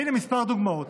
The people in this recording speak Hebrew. והינה כמה דוגמאות: